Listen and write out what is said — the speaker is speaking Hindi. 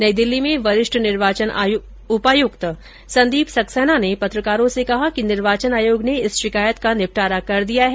नई दिल्ली में वरिष्ठ निर्वाचन उपायुक्त संदीप सक्सेना ने पत्रकारों से कहा कि निर्वाचन आयोग ने इस शिकायत का निपटारा कर दिया है